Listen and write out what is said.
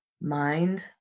mind